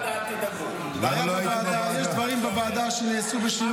נבוא לוועדה, אל תדאגו.